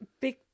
big